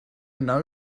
know